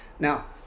now